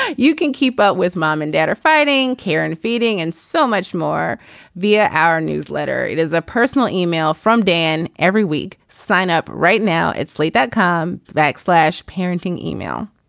you can keep up with mom and dad are fighting care and feeding and so much more via our newsletter. it is a personal email from dan every week. sign up right now at slate that come back backslash parenting email.